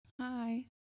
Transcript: Hi